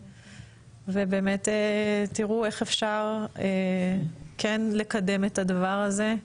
ובאמת תראו איך אפשר כן לקדם את הדבר הזה.